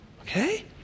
Okay